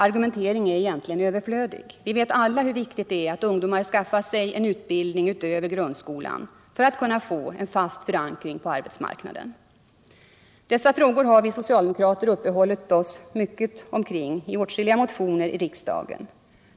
Argumentering är egentligen överflödig. Vi vet alla hur viktigt det är att ungdomar skaffar sig utbildning utöver grundskolan för att kunna få en fast förankring på arbetsmarknaden. Dessa frågor har vi socialdemokrater uppehållit oss mycket vid i åtskilliga motioner i riksdagen.